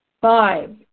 Five